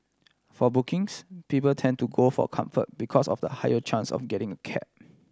for bookings people tend to go for Comfort because of the higher chance of getting a cab